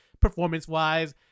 performance-wise